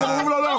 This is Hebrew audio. אתם אומרים לו: לא,